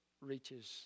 reaches